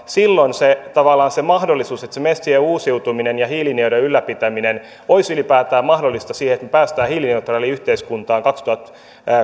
silloin tavallaan se mahdollisuus että se metsien uusiutuminen ja hiilinielujen ylläpitäminen olisi ylipäätään mahdollista että me pääsemme hiilineutraaliin yhteiskuntaan